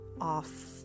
off